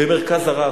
ב"מרכז הרב".